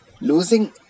losing